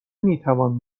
میتوان